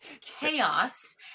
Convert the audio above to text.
chaos